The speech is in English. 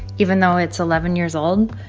even though it's eleven years old.